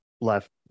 left